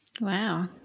Wow